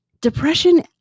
Depression